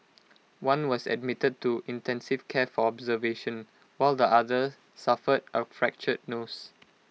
one was admitted to intensive care for observation while the other suffered A fractured nose